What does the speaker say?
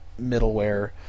middleware